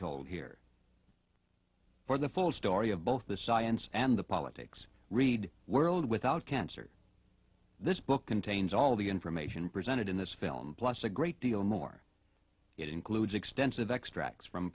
told here for the full story of both the science and the politics read world without cancer this book contains all the information presented in this film plus a great deal more it includes extensive extracts from